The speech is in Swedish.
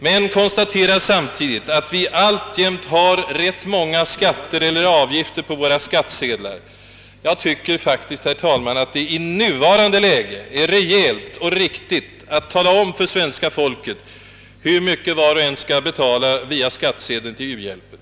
Men jag konstaterar samtidigt att vi alltjämt har rätt många skatter eller avgifter på våra debetsedlar: Jag tycker faktiskt; herr talman, att det i nuvarande läge är rejält och riktigt att tala om för svenska folket hur mycket var och en skall betala via skattsedeln till u-hjälpen.